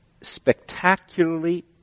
spectacularly